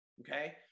okay